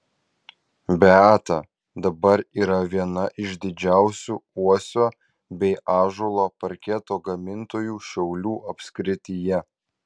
beata dabar yra viena iš didžiausių uosio bei ąžuolo parketo gamintojų šiaulių apskrityje